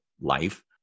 life